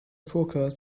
forecast